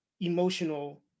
emotional